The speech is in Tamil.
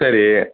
சரி